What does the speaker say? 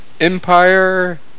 Empire